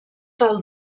del